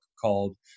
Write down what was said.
called